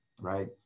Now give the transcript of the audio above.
right